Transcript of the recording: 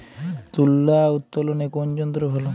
তুলা উত্তোলনে কোন যন্ত্র ভালো?